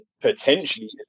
potentially